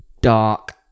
dark